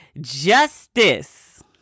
Justice